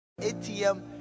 ATM